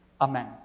Amen